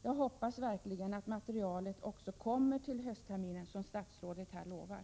Jag hoppas verkligen att materialet kommer till höstterminen, som statsrådet här lovar.